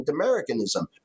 Americanism